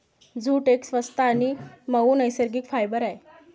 jute एक स्वस्त आणि मऊ नैसर्गिक फायबर आहे